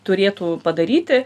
turėtų padaryti